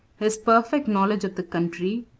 his perfect knowledge of the country,